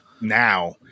now